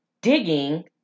digging